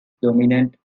dominate